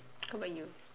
how about you